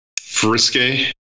frisky